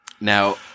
Now